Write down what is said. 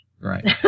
Right